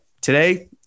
Today